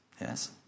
Yes